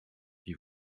qui